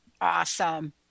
Awesome